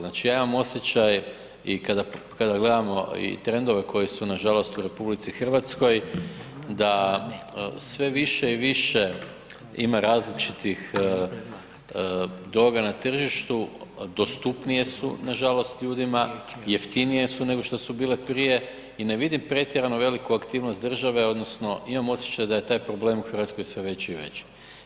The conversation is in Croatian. Znači, ja imam osjećaj i kada, kada gledamo i trendove koji su nažalost u RH da sve više i više ima različitih droga na tržištu, dostupnije su nažalost ljudima, jeftinije su nego što su bile prije i ne vidim pretjerano veliku aktivnost države odnosno imam osjećaj da je taj problem u RH sve veći i veći.